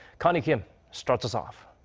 connie kim starts us off.